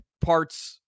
parts